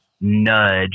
nudge